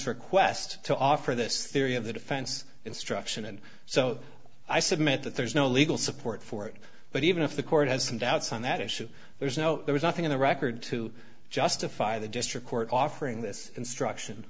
request to offer this theory of the defense instruction and so i submit that there's no legal support for it but even if the court has some doubts on that issue there is no there is nothing in the record to justify the district court offering this instruction